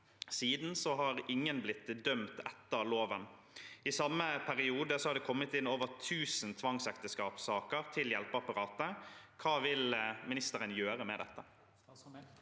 det har ingen blitt dømt etter loven. I samme periode har det kommet inn over tusen tvangsekteskapsaker til hjelpeapparatet. Hva vil ministeren gjøre med dette?